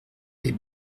est